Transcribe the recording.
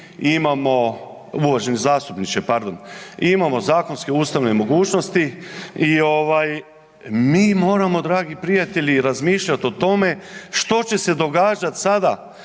imamo zakonske, ustavne mogućnosti i mi moramo dragi prijatelji razmišljati o tome što će se događati sada